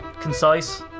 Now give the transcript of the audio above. concise